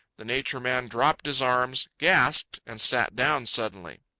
the nature man dropped his arms, gasped, and sat down suddenly.